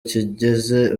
kigeze